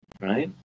right